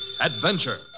adventure